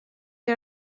the